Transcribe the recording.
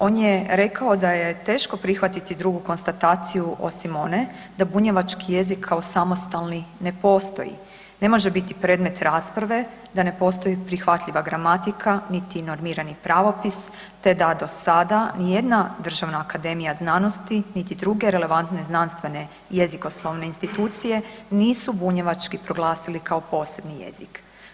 On je rekao da je teško prihvatiti drugu konstataciju osim one da bunjevački jezik kao samostalni ne postaji, ne može biti predmet rasprave da ne postoji prihvatljiva gramatika niti normirani pravopis te da do sada ni jedna državna akademija znanosti, niti druge relevantne znanstvene jezikoslovne institucije nisu bunjevački proglasili kao posebni jezik.